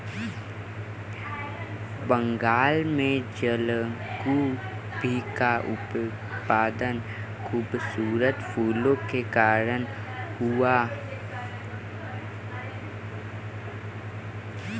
बंगाल में जलकुंभी का उत्पादन खूबसूरत फूलों के कारण शुरू हुआ था